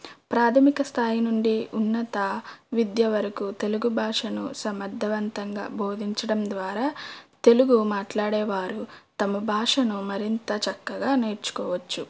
ప్రాథమిక స్థాయి నుండి ఉన్నత విద్య వరకు తెలుగు భాషను సమర్ధవంతంగా బోధించడం ద్వారా తెలుగు మాట్లాడే వారు తమ భాషను మరింత చక్కగా నేర్చుకోవచ్చు